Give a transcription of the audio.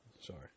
Sorry